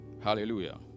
Hallelujah